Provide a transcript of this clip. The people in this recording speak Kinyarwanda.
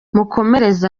mukomereze